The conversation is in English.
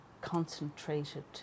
concentrated